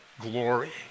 glory